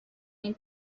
این